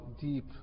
deep